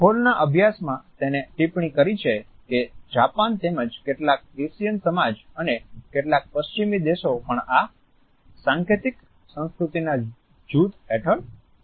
હોલના અભ્યાસમાં તેને ટિપ્પણી કરી છે કે જાપાન તેમજ કેટલાક એશિયન સમાજ અને કેટલાક પશ્ચિમી દેશો પણ આ સાંકેતિક સંસ્કૃતિના જૂથ હેઠળ છે